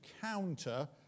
counter